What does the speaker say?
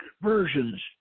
versions